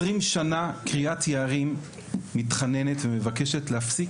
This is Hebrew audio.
20 שנה קריית יערים מתחננת ומבקשת להפסיק